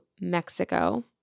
Mexico